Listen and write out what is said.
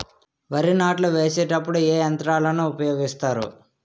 వరి నాట్లు వేసేటప్పుడు ఏ యంత్రాలను ఉపయోగిస్తారు?